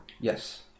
Yes